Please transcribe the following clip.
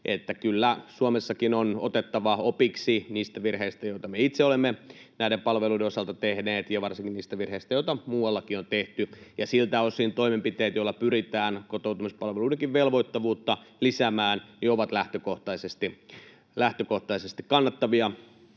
kyllä Suomessakin on otettava opiksi niistä virheistä, joita me itse olemme näiden palveluiden osalta tehneet, ja varsinkin niistä virheistä, joita muuallakin on tehty, ja siltä osin toimenpiteet, joilla pyritään kotoutumispalveluidenkin velvoittavuutta lisäämään, ovat lähtökohtaisesti kannattavia.